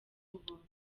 ubuntu